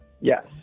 Yes